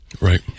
Right